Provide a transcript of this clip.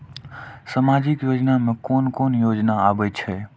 सामाजिक योजना में कोन कोन योजना आबै छै?